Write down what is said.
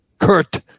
kurt